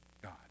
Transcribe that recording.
God